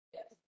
Yes